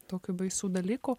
tokių baisių dalykų